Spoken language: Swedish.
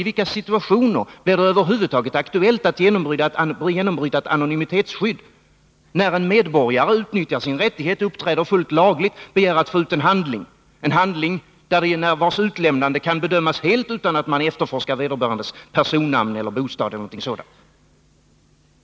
I vilka situationer blir det över huvud taget aktuellt att genombryta ett anonymitetsskydd — när en medborgare utnyttjar sin rättighet, uppträder fullt lagligt, begär att få ut en handling, vars utlämnande kan bedömas helt utan att man efterforskar vederbörandes personnamn, bostad eller något sådant?